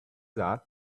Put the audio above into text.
that